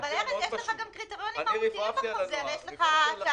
אבל ארז, יש לך גם קריטריונים מהותיים, יש לך תקנת